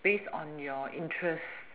based on your interest